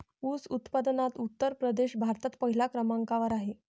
ऊस उत्पादनात उत्तर प्रदेश भारतात पहिल्या क्रमांकावर आहे